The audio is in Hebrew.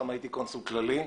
שם הייתי קונסול כללי.